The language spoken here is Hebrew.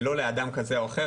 ולא לאדם כזה או אחר.